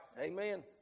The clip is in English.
Amen